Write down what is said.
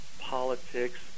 politics